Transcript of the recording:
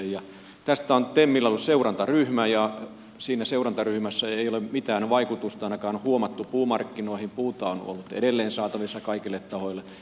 ja tästä on temillä ollut seurantaryhmä ja ainakaan siinä seurantaryhmässä ei ole mitään vaikutusta puumarkkinoihin huomattu puuta on ollut edelleen saatavissa kaikille tahoille